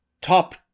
top